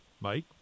Mike